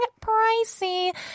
pricey